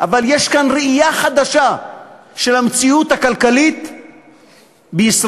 אבל יש כאן ראייה חדשה של המציאות הכלכלית בישראל,